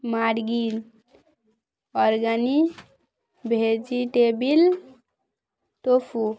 margin organic vegetable tofu